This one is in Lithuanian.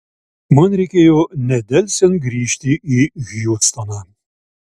man reikėjo nedelsiant grįžti į hjustoną